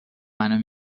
منو